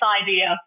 idea